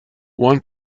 one